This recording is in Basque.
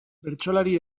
bertsolari